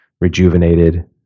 rejuvenated